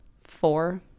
four